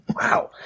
Wow